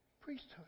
Priesthood